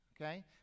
Okay